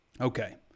Okay